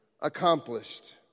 accomplished